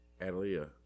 Adelia